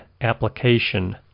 application